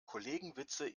kollegenwitze